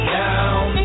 down